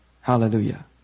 Hallelujah